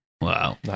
Wow